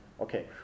okay